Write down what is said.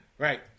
Right